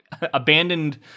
abandoned